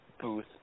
booth